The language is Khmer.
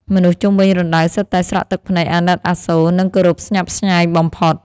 មនុស្សជុំវិញរណ្ដៅសុទ្ធតែស្រក់ទឹកភ្នែកអាណិតអាសូរ និងគោរពស្ញប់ស្ញែងបំផុត។